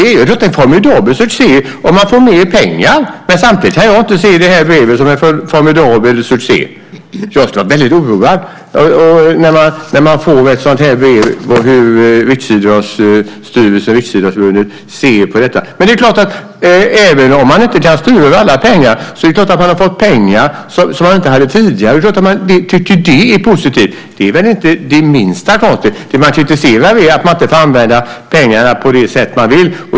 Det är klart att det är en formidabel succé om man får mer pengar. Samtidigt kan jag inte se det här brevet som en formidabel succé. Jag skulle vara väldigt oroad, när man får ett sådant här brev om hur Riksidrottsförbundet ser på detta. Men det är klart att även om man inte kan styra över alla pengar har man fått pengar som man inte hade tidigare. Det är klart att man tycker att det är positivt. Det är inte det minsta konstigt. Det man kritiserar är att man inte får använda pengarna på det sätt man vill.